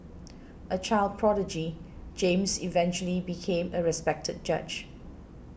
a child prodigy James eventually became a respected judge